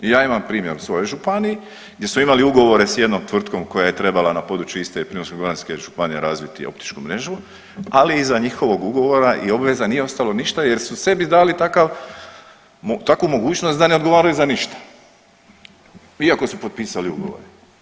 I ja imam primjer u svojoj županiji gdje smo imali ugovore s jednom tvrtkom koja je trebala na području Istre i Primorsko-goranske županije razviti optičku mrežu, ali iza njihovog ugovora i obveza nije ostalo ništa jer su sebi dali takvu mogućnost da ne odgovaraju za ništa iako su potpisali ugovore.